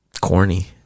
Corny